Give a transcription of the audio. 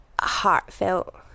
heartfelt